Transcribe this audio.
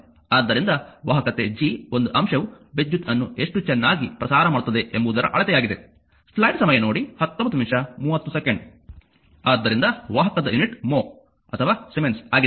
ಆದ್ದರಿಂದ ವಾಹಕತೆ G ಒಂದು ಅಂಶವು ವಿದ್ಯುತ್ ಅನ್ನು ಎಷ್ಟು ಚೆನ್ನಾಗಿ ಪ್ರಸಾರ ಮಾಡುತ್ತದೆ ಎಂಬುದರ ಅಳತೆಯಾಗಿದೆ ಆದ್ದರಿಂದ ವಾಹಕದ ಯೂನಿಟ್ mho ಅಥವಾ ಸೀಮೆನ್ಸ್ ಆಗಿದೆ